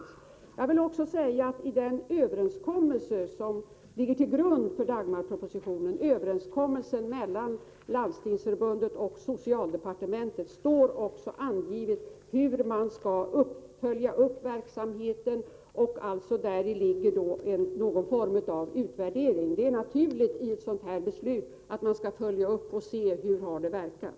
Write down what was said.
För det andra vill jag säga att i den överenskommelse mellan Landstingsförbundet och socialdepartementet som ligger till grund för genomförandet av Dagmarbeslutet står angivet hur man skall följa upp verksamheten. Däri inbegrips någon form av utvärdering. Vid ett sådant här beslut är det naturligt att man skall följa upp verksamheten och se hur beslutet har verkat.